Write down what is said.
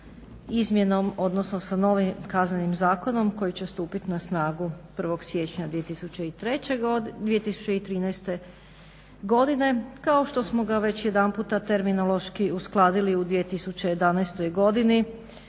izmjenom, odnosno sa novim Kaznenim zakonom koji će stupiti na snagu 1. siječnja 2013. godine, kao što smo ga već jedanput terminološki uskladili u 2011. godini